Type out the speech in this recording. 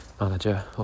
manager